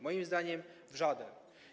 Moim zdaniem w żaden.